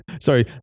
Sorry